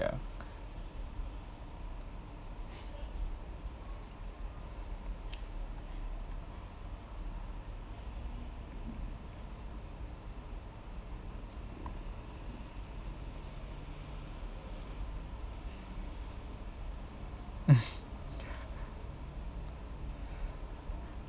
ya